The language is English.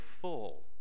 full